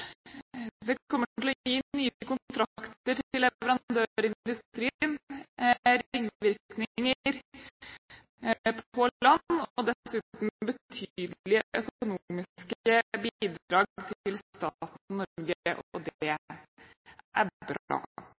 Det kommer til å gi nye kontrakter til leverandørindustrien, ringvirkninger på land og dessuten betydelige økonomiske bidrag til staten Norge – og det er bra.